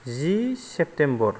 जि September